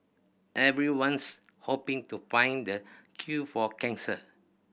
everyone's hoping to find the cure for cancer